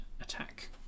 attack